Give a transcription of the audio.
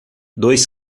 dois